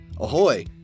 Ahoy